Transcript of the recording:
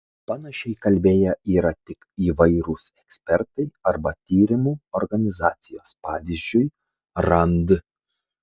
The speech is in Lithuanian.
panašiai kalbėję yra tik įvairūs ekspertai arba tyrimų organizacijos pavyzdžiui rand